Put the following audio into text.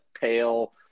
pale